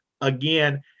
again